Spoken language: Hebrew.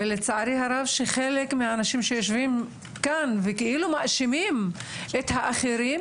לצערי הרב חלק מן האנשים שיושבים כאן וכאילו מאשימים את האחרים,